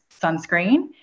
sunscreen